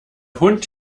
hund